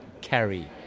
carry